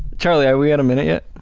charlie, are we out a minute yet?